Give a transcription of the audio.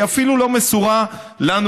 והיא אפילו לא מסורה לנו,